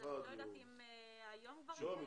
אז אני לא יודעת אם היום --- אז מחר הדיון.